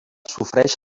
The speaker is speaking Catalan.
sofreix